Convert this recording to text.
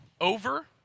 over